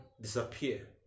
disappear